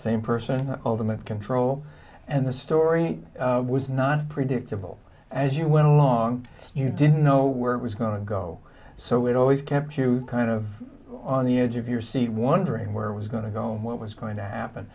same person ultimate control and the story was not predictable as you went along you didn't know where it was going to go so it always kept you kind of on the edge of your seat wondering where was going to go what was going to happen